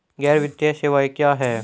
गैर वित्तीय सेवाएं क्या हैं?